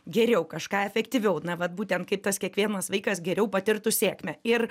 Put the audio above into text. geriau kažką efektyviau na vat būtent tas kiekvienas vaikas geriau patirtų sėkmę ir